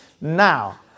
Now